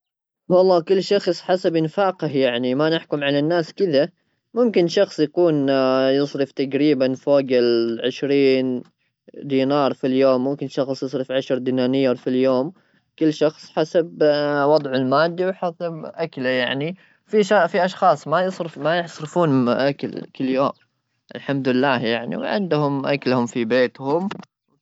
والله كل شخص حسب انفاقه ,يعني ما نحكم على الناس كذا ممكن شخص يكون يصرف تقريبا فوق العشرين دينار في اليوم ,ممكن تشغل تصرف عشر دنانير في اليوم ,كل شخص حسب وضع الماده يعني في اشخاص ما يصرف ما يصرفون اكل كل يوم الحمد لله يعني وعندهم اكلهم في بيتهم.